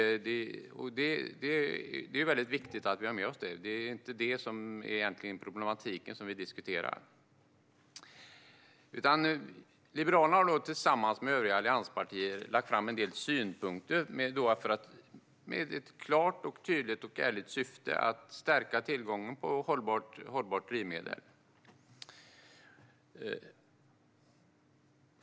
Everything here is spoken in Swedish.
Det är viktigt att vi har med oss detta, och det är egentligen inte det som är den problematik som vi diskuterar. Liberalerna har tillsammans med övriga allianspartier lagt fram en del synpunkter med ett klart, tydligt och ärligt syfte att stärka tillgången på hållbart drivmedel.